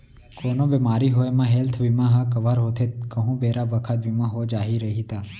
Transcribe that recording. कोनो बेमारी होये म हेल्थ बीमा ह कव्हर होथे कहूं बेरा बखत बीमा हो जाही रइही ता